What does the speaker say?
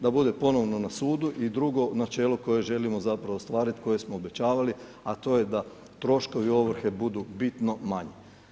Da bude ponovno na sudu i drugo načelo koje želimo zapravo ostvariti, koje smo obećavali, a to je da troškovi ovrhe budu bitno manji.